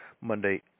Monday